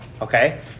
Okay